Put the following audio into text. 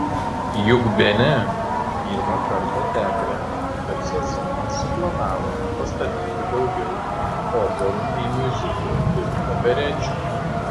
juk bene pirmą kartą teatre per sezoną suplanavome pastatyti daugiau operų nei miuziklų ir operečių